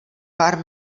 pár